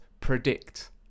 predict